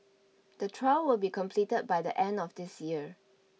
the trial will be completed by the end of this year